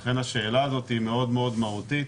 לכן, השאלה הזאת מאוד-מאוד מהותית